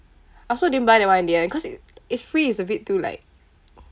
also didn't buy that one in the end cause i~ if free is a bit too like